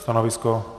Stanovisko?